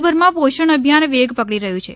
ગુજરાતભરમાં પોષણ અભિયાન વેગ પકડી રહ્યું છે